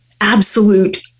absolute